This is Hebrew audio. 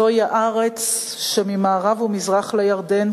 זוהי הארץ שממערב וממזרח לירדן,